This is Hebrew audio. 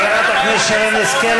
חברת הכנסת שרן השכל,